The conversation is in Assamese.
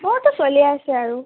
মোৰতো চলি আছে আৰু